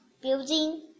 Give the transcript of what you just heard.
building